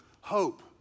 hope